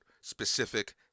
specific